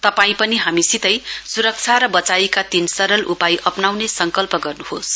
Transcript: तपाई पनि हामीसितै सुरक्षा र वचाइका तीन सरल उपाय अप्नाउने संकल्प गर्नुहोस